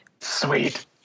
sweet